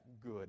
good